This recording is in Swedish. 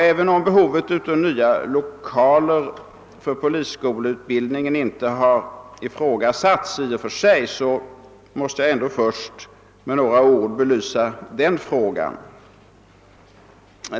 även om behovet av nya lokaler för polisskoleutbildningen inte har ifrågasatts, vill jag först något belysa denna fråga.